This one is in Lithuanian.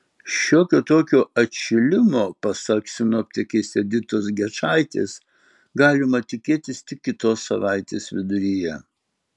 šiokio tokio atšilimo pasak sinoptikės editos gečaitės galima tikėtis tik kitos savaitės viduryje